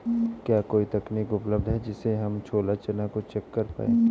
क्या कोई तकनीक उपलब्ध है जिससे हम छोला चना को चेक कर पाए?